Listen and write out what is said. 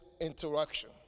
interaction